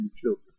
children